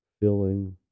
filling